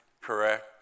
correct